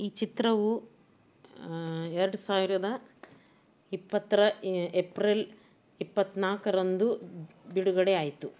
ಈ ಚಿತ್ರವು ಎರ್ಡು ಸಾವಿರದ ಇಪ್ಪತ್ತರ ಎಪ್ರಿಲ್ ಇಪ್ಪತ್ತು ನಾಲ್ಕರಂದು ಬಿಡುಗಡೆ ಆಯಿತು